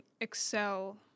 Excel